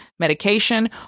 medication